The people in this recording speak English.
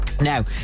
Now